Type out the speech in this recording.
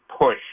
push